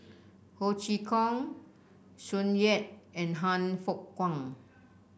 Ho Chee Kong Tsung Yeh and Han Fook Kwang